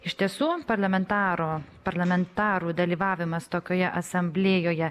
iš tiesų parlamentaro parlamentarų dalyvavimas tokioje asamblėjoje